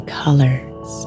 colors